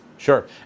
Sure